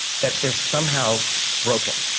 that they're somehow broken.